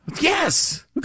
Yes